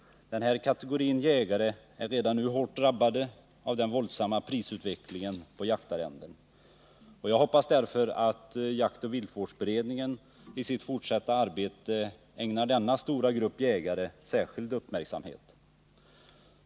Denna kategori jägare är redan nu hårt drabbad av den våldsamma prisutvecklingen på jaktarrenden. Jag hoppas därför att jaktoch viltvårdsberedningen i sitt fortsatta arbete ägnar denna stora grupp jägare särskild uppmärksamhet.